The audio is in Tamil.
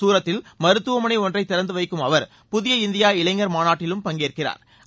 சூரத்தில் மருத்துவமனை ஒன்றை திறந்துவைக்கும் அவர் புதிய இந்தியா இளைஞர் மாநாட்டிலும் பங்கேற்கிறாா்